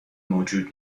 موجود